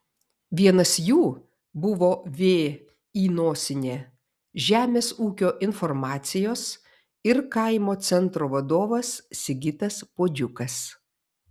vienas jų buvo vį žemės ūkio informacijos ir kaimo centro vadovas sigitas puodžiukas